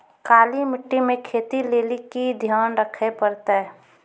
काली मिट्टी मे खेती लेली की ध्यान रखे परतै?